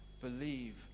believe